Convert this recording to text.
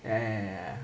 eh